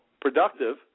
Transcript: productive